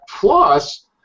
Plus